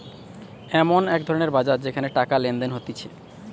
এমন এক ধরণের বাজার যেখানে টাকা লেনদেন হতিছে